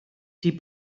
die